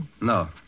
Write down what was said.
No